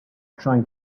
trying